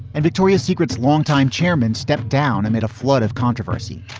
and victoria's secret's longtime chairman stepped down amid a flood of controversy.